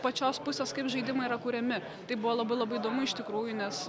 pačios pusės kaip žaidimai yra kuriami tai buvo labai labai įdomu iš tikrųjų nes